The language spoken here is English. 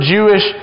Jewish